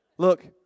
Look